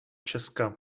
česka